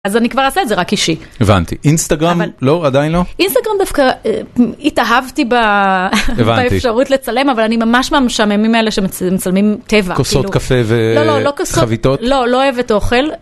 אז אני כבר אעשה את זה רק אישי. הבנתי. אינסטגרם לא? עדיין לא? אינסטגרם דווקא התאהבתי באפשרות לצלם, אבל אני ממש ממש מהמשעממים האלה שמצלמים טבע. כוסות קפה וחביתות? לא, לא אוהבת אוכל.